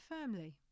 firmly